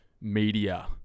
media